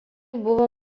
buvo